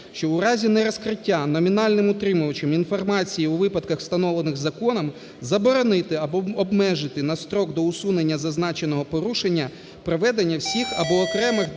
що у разі нерозкриття номінальним утримувачем інформації у випадках, встановлених законом, заборонити або обмежити на строк до усунення зазначеного порушення проведення всіх або окремих депозитарних